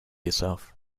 yourself